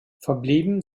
verblieben